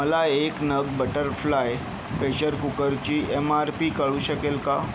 मला एक नग बटरफ्लाय प्रेशर कुकरची एम आर पी कळू शकेल का